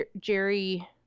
Jerry